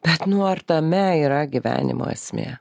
bet nu ar tame yra gyvenimo esmė